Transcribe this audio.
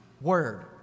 word